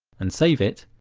and save it,